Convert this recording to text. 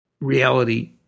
reality